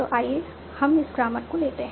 तो आइए हम इस ग्रामर को लेते हैं